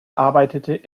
arbeitete